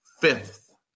fifth